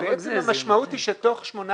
בעצם המשמעות היא שתוך 18